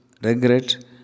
regret